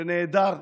שנעדר,